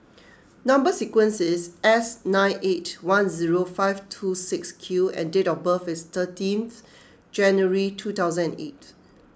Number Sequence is S nine eight one zero five two six Q and date of birth is thirteenth January two thousand and eight